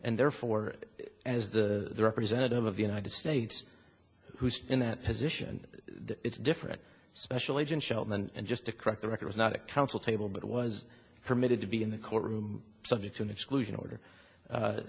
and therefore as the representative of the united states who's in that position it's different special agent shelton and just to correct the record was not a counsel table but it was permitted to be in the courtroom subject to an exclusion order